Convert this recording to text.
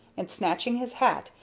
and, snatching his hat,